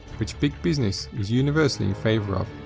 which big business is universally in favour of,